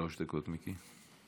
שלוש דקות, מיקי.